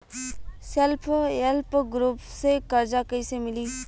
Self help group से कर्जा कईसे मिली?